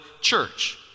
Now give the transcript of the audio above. church